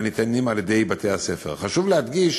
חשוב להדגיש